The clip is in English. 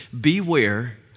beware